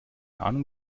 ahnung